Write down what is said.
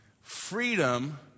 Freedom